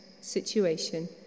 situation